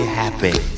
happy